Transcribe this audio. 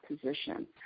position